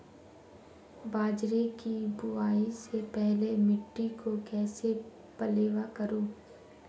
बाजरे की बुआई से पहले मिट्टी को कैसे पलेवा करूं?